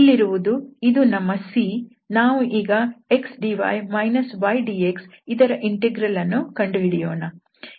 ಇಲ್ಲಿರುವುದು ಇದು ನಮ್ಮ C ನಾವು ಈಗ xdy ydxಇದರ ಇಂಟೆಗ್ರಲ್ ಅನ್ನು ಕಂಡುಹಿಡಿಯೋಣ